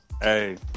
Hey